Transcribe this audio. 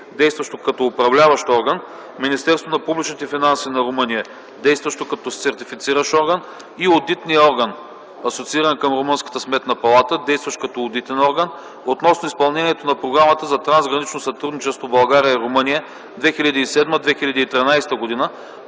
действащо като Управляващ орган, Министерството на публичните финанси на Румъния, действащо като Сертифициращ орган, и Одитният орган (асоцииран към Румънската сметна палата), действащ като одитен орган, относно изпълнението на програмата за трансгранично сътрудничество България – Румъния (2007-2013 г.),